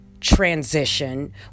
transition